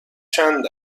چند